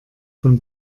von